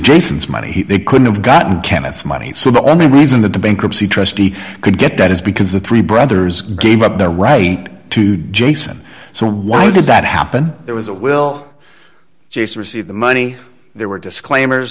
jason's money they could've gotten kenneth money so the only reason that the bankruptcy trustee could get that is because the three brothers gave up their right to jason so why did that happen there was a will chase receive the money they were disclaimer